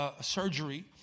surgery